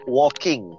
walking